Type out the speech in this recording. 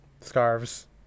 scarves